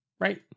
Right